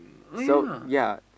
so yea